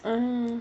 mm